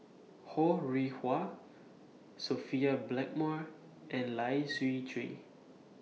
Ho Rih Hwa Sophia Blackmore and Lai Siu Chiu